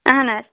اَہَن حَظ